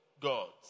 gods